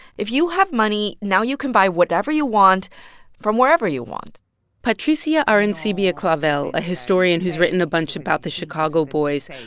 if you have money, now you can buy whatever you want from wherever you want patricia arancibia clavel, a historian who's written a bunch about the chicago boys, and